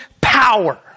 power